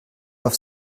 auf